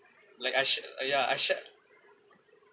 like I should ya I shared